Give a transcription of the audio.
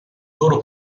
loro